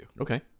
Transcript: Okay